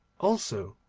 also.